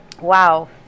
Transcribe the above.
Wow